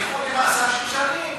נשלחו למאסר שש שנים.